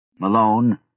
Malone